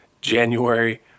january